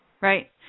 Right